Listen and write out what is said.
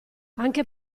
anche